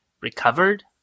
recovered